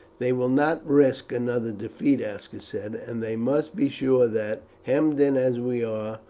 they will not risk another defeat, aska said, and they must be sure that, hemmed in as we are,